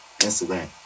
Instagram